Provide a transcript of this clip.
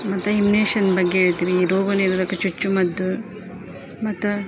ಮತ್ತು ಇಮ್ನೇಷನ್ ಬಗ್ಗೆ ಹೇಳ್ತಿವಿ ರೋಗ ನಿರೋಧಕ ಚುಚ್ಚುಮದ್ದು ಮತ್ತು